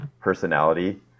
personality